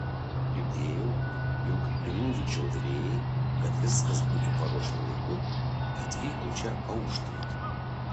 girdėjau jog grinvičo virėjai kad viskas būtų paruošta laiku atvyko čia auštant